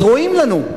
אז רואים לנו.